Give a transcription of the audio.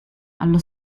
allo